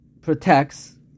protects